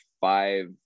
five